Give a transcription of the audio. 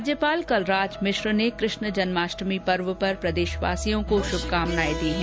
राज्यपाल कलराज मिश्र ने कृष्ण जन्माष्टमी पर्व पर प्रदेशवासियों को शुभकामनाएं दी हैं